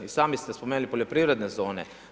I sami ste spomenuli poljoprivredne zone.